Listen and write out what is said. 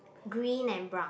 green and brown